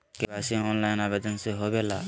KYC online आवेदन से होवे ला?